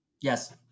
Yes